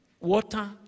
water